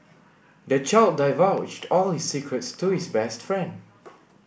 the child divulged all his secrets to his best friend